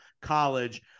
college